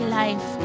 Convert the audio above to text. life